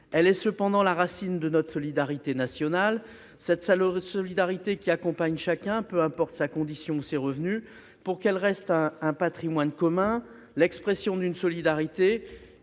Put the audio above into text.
même qu'elle est la racine de notre solidarité nationale, cette solidarité qui accompagne chacun, peu importe sa condition ou ses revenus. Pour qu'elle reste un patrimoine commun, l'expression d'une solidarité